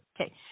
Okay